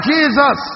Jesus